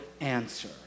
answer